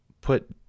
put